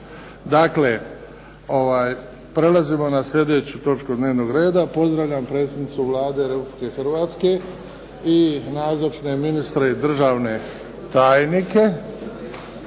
Dakle prelazimo na sljedeću točku dnevnog reda. Pozdravljam predsjednicu Vlade Republike Hrvatske i nazočne ministre i državne tajnike.